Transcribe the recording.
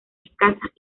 escasas